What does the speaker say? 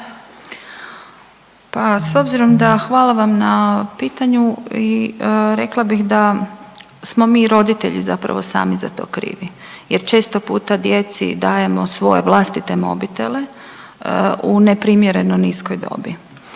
Pa s obzirom da, hvala vam na pitanju i rekla bih da smo mi roditelji zapravo sami za to krivi, jer često puta djeci dajemo svoje vlastite mobitele u neprimjereno niskoj dobi.